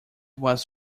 was